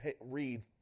read